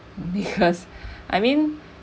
because I mean